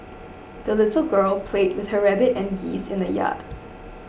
the little girl played with her rabbit and geese in the yard